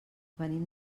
venim